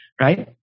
right